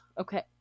Okay